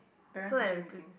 parent teacher meeting